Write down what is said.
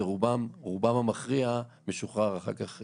ורובם המכריע משוחררים אחר כך.